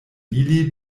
ili